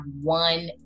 one